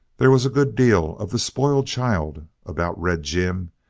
there was a good deal of the spoiled child about red jim.